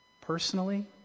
Personally